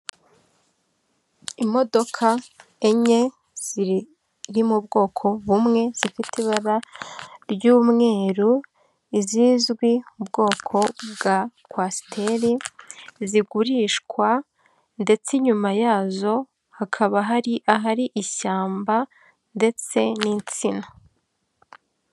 Imodoka enye ziri mu bwoko bumwe zifite ibara ry'umweru izizwi mu bwoko bwa quaster, zigurishwa ndetse nyuma yazo hakaba hari ahari ishyamba ndetse n'insina.